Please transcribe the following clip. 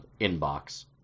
inbox